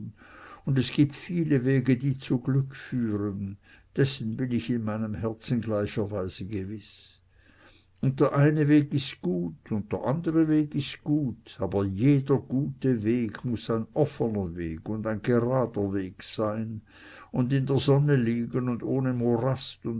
und es gibt viele wege die zu glück führen dessen bin ich in meinem herzen gleicherweise gewiß und der eine weg ist gut und der andre weg ist gut aber jeder gute weg muß ein offner weg und ein gerader weg sein und in der sonne liegen und ohne morast